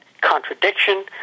contradiction